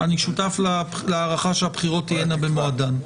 אני שותף להערכה שהבחירות תהיינה במועדן.